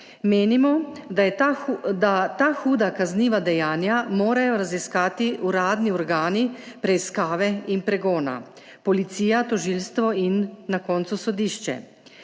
Menimo, da morajo ta huda kazniva dejanja raziskati uradni organi preiskave in pregona – policija, tožilstvo in na koncu sodišče.